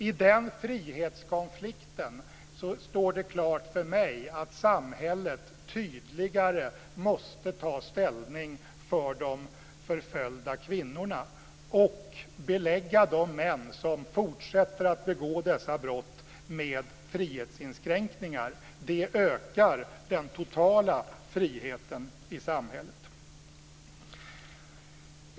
I den frihetskonflikten står det klart för mig att samhället tydligare måste ta ställning för de förföljda kvinnorna och belägga de män som fortsätter att begå dessa brott med frihetsinskränkningar. Det ökar den totala friheten i samhället.